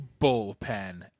bullpen